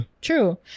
True